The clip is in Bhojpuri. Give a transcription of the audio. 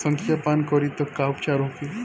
संखिया पान करी त का उपचार होखे?